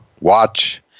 watch